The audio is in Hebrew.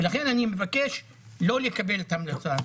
ולכן אני מבקש לא לקבל את ההמלצה הזו.